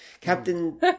captain